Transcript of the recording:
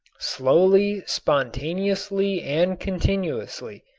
slowly, spontaneously and continuously,